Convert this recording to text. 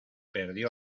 perdió